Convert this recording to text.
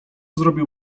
zrobił